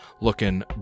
looking